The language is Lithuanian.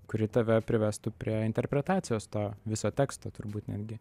kuri tave privestų prie interpretacijos to viso teksto turbūt netgi